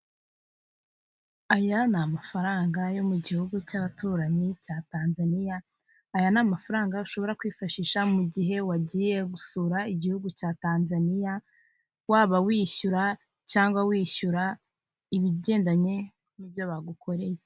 Aya ni amafaranga yo mu gihugu cy'abaturanyi cya Tanzania, aya ni amafaranga ushobora kwifashisha mu gihe wagiye gusura Igihugu cya Tanzania, waba wishyura cyangwa wishyura ibigendanye n'ibyo bagukoreye.